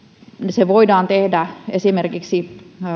se voidaan tehdä esimerkiksi